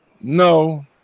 No